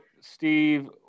Steve